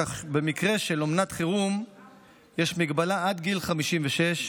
כך שבמקרה של אומנת חירום יש מגבלה עד גיל 56,